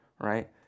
right